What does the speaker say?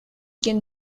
quien